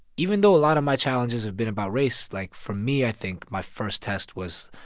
even though a lot of my challenges have been about race, like, for me, i think my first test was,